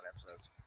episodes